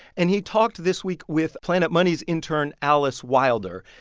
and he talked this week with planet money's intern alice wilder.